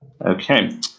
Okay